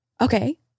Okay